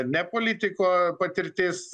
ne politiko patirtis